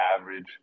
average